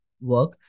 work